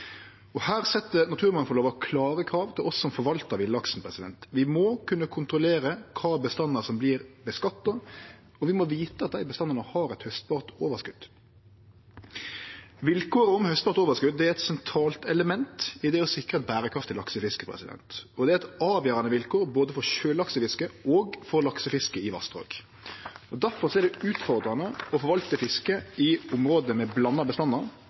Her set naturmangfaldlova klare krav til oss som forvaltar villaksen. Vi må kunne kontrollere kva bestandar som vert skattlagt, og vi må vite at dei bestandane har eit haustbart overskot. Vilkåret om haustbart overskot er eit sentralt element i det å sikre eit berekraftig laksefiske, og det er eit avgjerande vilkår for både sjølaksefisket og laksefisket i vassdraget. Derfor er det utfordrande å forvalte fisket i område med blanda bestandar,